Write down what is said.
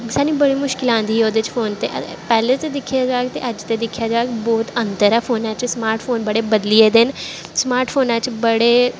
सानूं बड़ी मुश्कला आंदियां ही ओह्दे फोन च पैह्लें ते दिक्खेआ जाह्ग ते अज्ज ते दिक्खेआ जाह्ग बहुत अंतर ऐ फोनै च स्मार्ट फोन बड़े बदली गेदे न स्मार्ट फोनै च बड़े